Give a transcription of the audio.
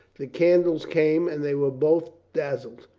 the can dles came and they were both dazzled.